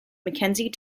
mckenzie